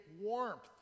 warmth